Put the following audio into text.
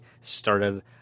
started